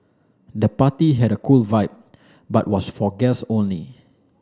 the party had a cool vibe but was for guests only